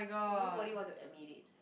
nobody want to admit it